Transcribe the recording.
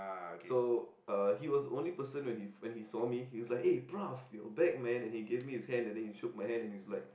so uh he was the only person when he when he saw me he was like hey bruv you are back man and then he give me his hand and then he shook my hand and then he was like